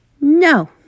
no